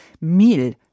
mil